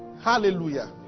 Hallelujah